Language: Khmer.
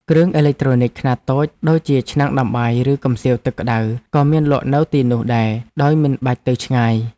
គ្រឿងអេឡិចត្រូនិចខ្នាតតូចដូចជាឆ្នាំងដាំបាយឬកំសៀវទឹកក្តៅក៏មានលក់នៅទីនោះដែរដោយមិនបាច់ទៅឆ្ងាយ។